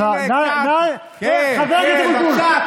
הינה, קח, תן לשר האוצר.